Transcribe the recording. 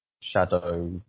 shadow